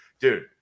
dude